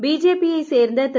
பிஜேபியைச் சேர்ந்த திரு